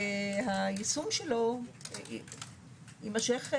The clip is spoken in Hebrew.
והיישום שלו יימשך.